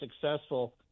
successful